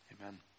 amen